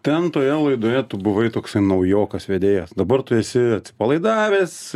ten toje laidoje tu buvai toksai naujokas vedėjas dabar tu esi atsipalaidavęs